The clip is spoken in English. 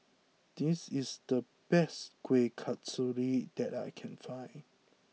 this is the best Kueh Kasturi that I can find